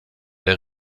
der